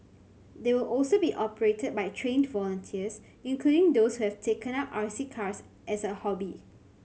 they will also be operated by trained volunteers including those who have taken up R C cars as a hobby